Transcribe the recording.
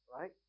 Right